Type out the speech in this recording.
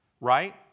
right